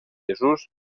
jesús